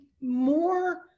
more